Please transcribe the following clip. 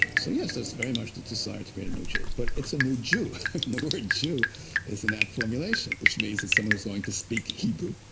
so yes, that's very much the desire to create a new jew, but it's new jew, and the word jew is in that formulation, which means it's someone who's going to speak hebrew,